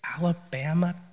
Alabama